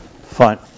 Fine